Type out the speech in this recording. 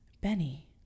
Benny